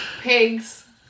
pigs